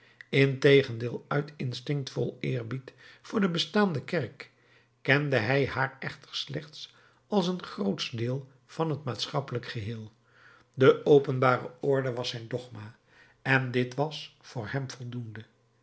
integendeel uit instinct vol eerbied voor de bestaande kerk kende hij haar echter slechts als een grootsch deel van het maatschappelijk geheel de openbare orde was zijn dogma en dit was voor hem voldoende